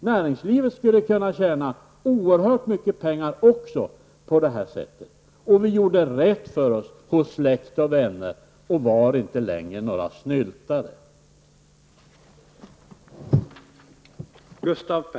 Näringslivet skulle också kunna tjäna oerhört mycket pengar på det här sättet, och vi gjorde rätt för oss hos släkt och vänner och var inte längre några snyltare.